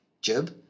jib